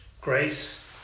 Grace